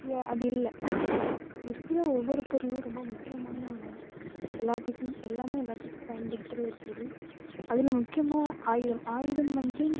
ய அது இல்லை இருக்கிற ஒவ்வொரு பொருளும் ரொம்ப முக்கியமான ஒன்று எல்லாத்துக்கும் எல்லாமே எல்லாத்துக்கும் பயன்படுத்துகிற ஒரு பொருள் அதில் முக்கியமாக ஆயுதம் ஆயுதம் வந்துட்டு